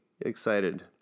excited